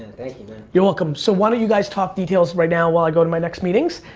thank you man. you're welcome. so why don't you guys talk details right now while i go to my next meetings.